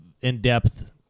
in-depth